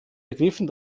begriffen